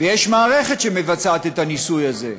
ויש מערכת שמבצעת את הניסוי הזה,